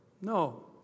No